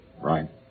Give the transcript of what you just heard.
Right